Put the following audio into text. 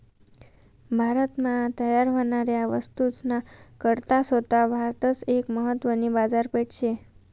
भारत मा तयार व्हनाऱ्या वस्तूस ना करता सोता भारतच एक महत्वानी बाजारपेठ शे